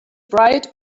bright